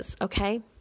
okay